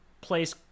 place